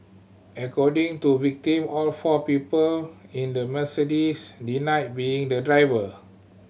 according to victim all four people in the Mercedes denied being the driver